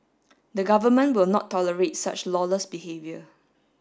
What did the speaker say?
the government will not tolerate such lawless behavior